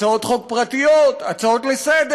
הצעות חוק פרטיות, הצעות לסדר-היום.